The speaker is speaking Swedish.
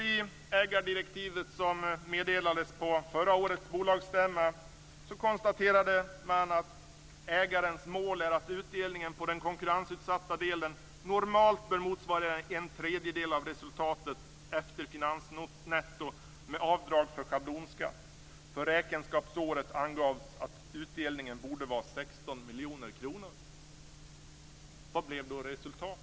I ägardirektivet, som meddelades på förra årets bolagsstämma, konstaterade man att ägarens mål är att utdelningen på den konkurrensutsatta delen normalt motsvarar en tredjedel av resultatet efter finansnetto, med avdrag för schablonskatt. För räkenskapsåret angavs att utdelningen borde vara 16 Vad blev då resultatet?